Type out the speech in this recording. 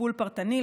טיפול פרטני,